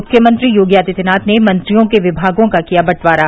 मुख्यमंत्री योगी आदित्यनाथ ने मंत्रियों के विमागों का किया बंटवारा